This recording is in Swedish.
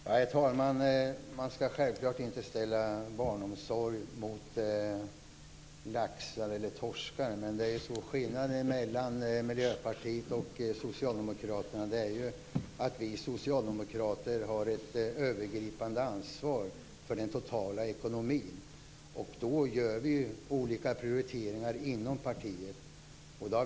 Herr talman! Man skall självklart inte ställa barnomsorg mot laxar eller torskar. Men skillnaden mellan Miljöpartiet och Socialdemokraterna är att vi socialdemokrater har ett övergripande ansvar för den totala ekonomin, och då gör vi olika prioriteringar inom partiet.